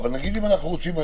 לקבל